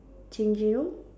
changing room